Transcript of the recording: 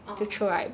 uh